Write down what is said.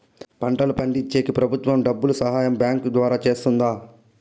పంటలు పండించేకి ప్రభుత్వం డబ్బు సహాయం బ్యాంకు ద్వారా చేస్తుందా?